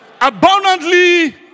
abundantly